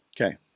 Okay